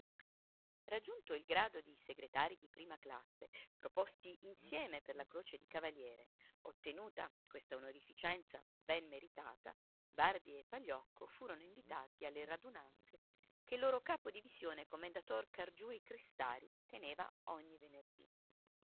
raggiunto il grado di segretarii di prima classe proposti insieme per la croce di cavaliere ottenuta questa onorificenza ben meritata barbi e pagliocco furono invitati alle radunanze che il loro capo-divisione commendator cargiuri-crestari teneva ogni venerdì